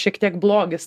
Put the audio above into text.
šiek tiek blogis